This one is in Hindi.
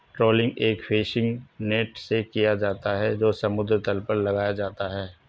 ट्रॉलिंग एक फिशिंग नेट से किया जाता है जो समुद्र तल पर लगाया जाता है